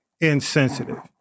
insensitive